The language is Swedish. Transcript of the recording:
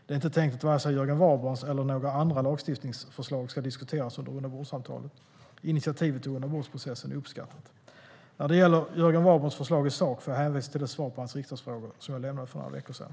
Det är inte tänkt att vare sig Jörgen Warborns eller några andra lagstiftningsförslag ska diskuteras under rundabordssamtalen. Initiativet till rundabordsprocessen är uppskattat. När det gäller Jörgen Warborns förslag i sak får jag hänvisa till det svar på hans skriftliga frågor som jag lämnade för några veckor sedan.